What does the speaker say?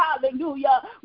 hallelujah